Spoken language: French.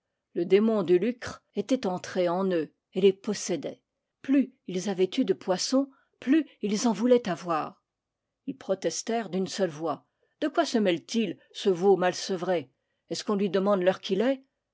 le démon du lucre était entré en eux et les possédait plus ils avaient eu de poisson plus ils en voulaient avoir ils protestèrent d'une seule voix a de quoi se mêle t il ce veau mal sevré est-ce qu'on lui demande l'heure qu'il est